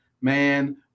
man